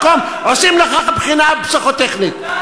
בכל מקום עושים לך בחינה פסיכוטכנית,